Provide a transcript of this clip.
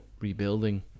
rebuilding